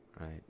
Right